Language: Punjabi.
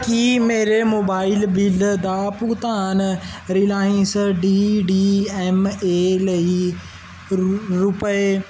ਕੀ ਮੇਰੇ ਮੋਬਾਈਲ ਬਿੱਲ ਦਾ ਭੁਗਤਾਨ Reliance D D M A ਲਈ ਰੁ ਰੁਪਏ